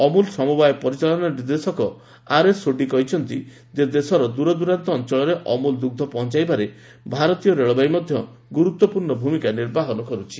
ଅମୁଲ ସମବାୟ ପରିଚାଳନା ନିର୍ଦ୍ଦେଶକ ଆର୍ଏସ୍ ସୋଢ଼ି କହିଛନ୍ତି ଦେଶର ଦୂରଦୂରାନ୍ତ ଅଞ୍ଚଳରେ ଅମୁଲ ଦୁଗ୍ମ ପହଞ୍ଚାଇବାରେ ଭାରତୀୟ ରେଳବାଇ ମଧ୍ୟ ଗୁରୁତ୍ୱପୂର୍ଣ୍ଣ ଭୂମିକା ନିର୍ବାହନ କର୍ ଛି